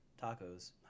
tacos